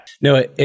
No